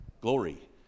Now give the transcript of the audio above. Glory